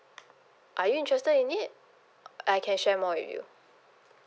are you interested in it I can share more with you